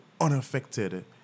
unaffected